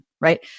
right